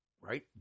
Right